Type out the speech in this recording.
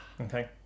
Okay